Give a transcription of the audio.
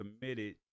committed